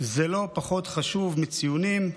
זה לא פחות חשוב מציונים.